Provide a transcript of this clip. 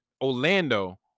Orlando